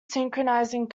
synchronizing